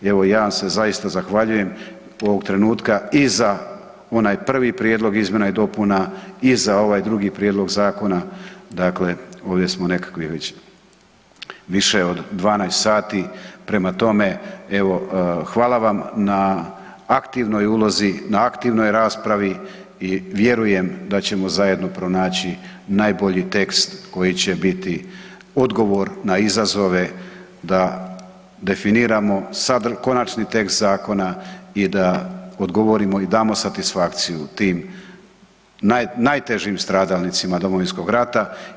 Evo ja vam se zaista zahvaljujem ovog trenutka i za onaj prvi prijedlog izmjena i dopuna i za ovaj drugi prijedlog zakona, dakle ovdje smo nekakvih već više od 12 sati, prema tome evo hvala vam na aktivnoj ulozi, na aktivnoj raspravi i vjerujem da ćemo zajedno pronaći najbolji tekst koji će biti odgovor na izazove da definiramo konačni tekst zakona i da odgovorimo i damo satisfakciju u tim najtežim stradalnicima Domovinskog rada.